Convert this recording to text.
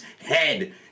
head